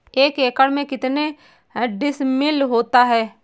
एक एकड़ में कितने डिसमिल होता है?